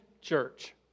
church